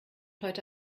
heute